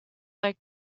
like